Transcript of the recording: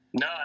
No